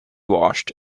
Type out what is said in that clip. washed